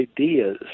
ideas